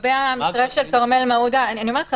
לגבי המקרה של כרמל מעודה אני אומרת לכם,